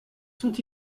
sont